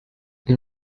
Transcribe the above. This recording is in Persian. این